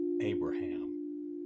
Abraham